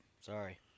sorry